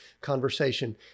conversation